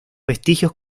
vestigios